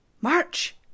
March